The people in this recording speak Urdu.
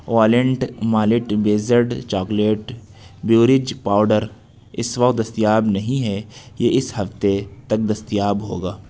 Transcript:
walnut malt blizzard chocolate beverage powder اس وقت دستیاب نہیں ہے یہ اس ہفتے تک دستیاب ہوگا